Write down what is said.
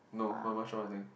no mama shop I think